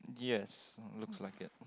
yes looks like it